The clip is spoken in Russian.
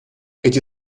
эти